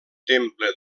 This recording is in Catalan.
temple